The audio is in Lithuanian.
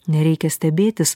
nereikia stebėtis